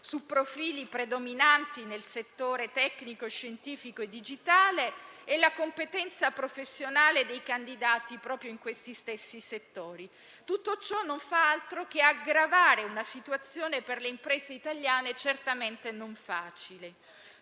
su profili predominanti nel settore tecnico-scientifico e digitale, e la competenza professionale dei candidati in questi stessi settori. Tutto ciò non fa altro che aggravare una situazione per le imprese italiane certamente non facile.